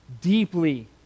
deeply